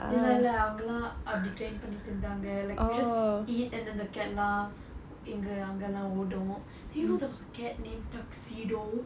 இல்லே இல்லே அவங்க எல்லாம் அப்படி:illae illae avanga ellaam appadi train பண்ணிட்டு இருந்தாங்க:pannittu irunthaanga like we just eat and then the cat lah எல்லா இங்க அங்க எல்லாம் ஓடும்:ellaam inga anga ellaam odum then you know there was a cat named tuxedo